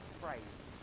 phrase